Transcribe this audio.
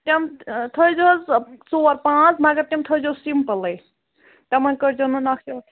تِم تھٲوزیٚو ژور پانٛژھ مگر تِم تھٲوزیٚو سِمپُلے تِمن کٔرۍزیٚو نہٕ نقشہٕ وقشہٕ